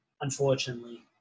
Unfortunately